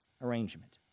arrangement